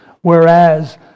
Whereas